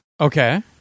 okay